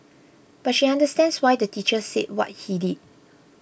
but she understands why the teacher said what he did